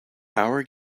our